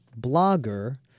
blogger